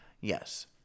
Yes